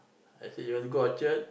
I see you always go Orchard